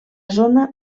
zona